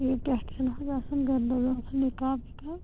بیٚیہِ پیٚٹھٕ ما حظ آسن گَردَن وَلہٕ نٕکۍ نِقاب وِقاب